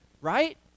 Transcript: Right